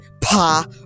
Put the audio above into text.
pa